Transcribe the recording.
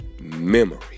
memory